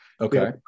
Okay